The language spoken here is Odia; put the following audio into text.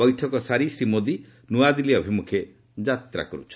ବୈଠକ ସାରି ଶ୍ରୀ ମୋଦି ନ୍ତଆଦିଲ୍ଲୀ ଅଭିମୁଖେ ଯାତ୍ରା କରୁଛନ୍ତି